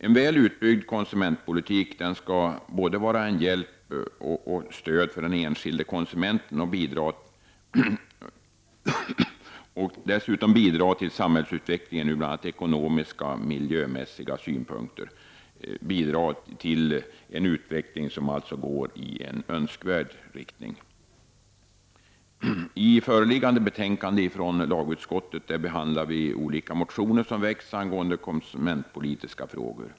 En väl utbyggd konsumentpolitik skall vara till hjälp och stöd för den enskilde konsumenten och dessutom bidra till att samhällsutvecklingen ur bl.a. ekonomiska och miljömässiga synpunkter går i önskvärd riktning. I förevarande betänkande från lagutskottet behandlar vi olika motioner som väckts angående konsumentpolitiska frågor.